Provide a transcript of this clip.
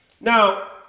Now